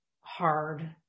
hard